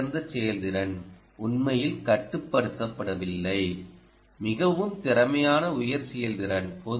மிகச் சிறந்த செயல்திறன் உண்மையில் கட்டுப்படுத்தப்படவில்லை மிகவும் திறமையான உயர் செயல்திறன்